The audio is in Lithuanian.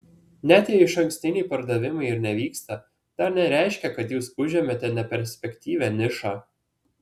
net jei išankstiniai pardavimai ir nevyksta dar nereiškia kad jūs užėmėte neperspektyvią nišą